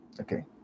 okay